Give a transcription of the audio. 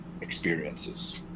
experiences